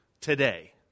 today